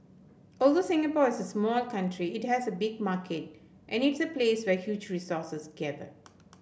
although Singapore is a small country it has a big market and its a place where huge resources gather